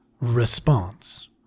response